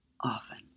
often